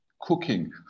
cooking